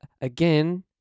again